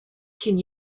can